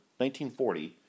1940